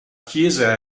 chiesa